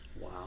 Wow